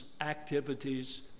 activities